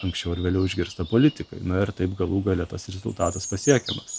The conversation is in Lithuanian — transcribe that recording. anksčiau ar vėliau išgirsta politikai na ir taip galų gale tas rezultatas pasiekiamas